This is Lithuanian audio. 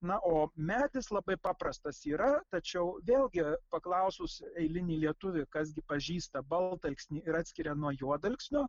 na o medis labai paprastas yra tačiau vėlgi paklausus eilinį lietuvį kas gi pažįsta baltalksnį ir atskiria nuo juodalksnio